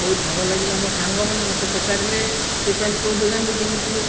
ବହୁତ ଭଲ ଲାଗିଲା ମୋ ସାଙ୍ଗମାନେ ମୋତେ ପଚାରିଲେ ସେ ପ୍ୟାଣ୍ଟ କେଉଁ ଦୋକାନରୁ କିଣିଥିଲୁ